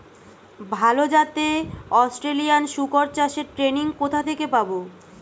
ভালো জাতে অস্ট্রেলিয়ান শুকর চাষের ট্রেনিং কোথা থেকে পাব?